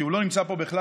כי הוא לא נמצא פה בכלל,